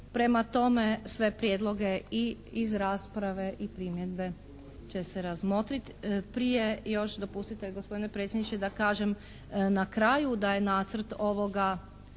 Prema tome sve prijedloge i iz rasprave i primjedbe će se razmotriti. Prije još dopustite gospodine predsjedniče da kažem na kraju da je nacrt ovoga,